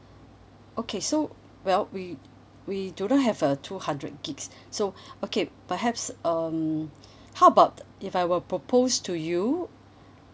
okay so well we we do not have a two hundred gigs so okay perhaps um how about if I were propose to you